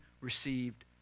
received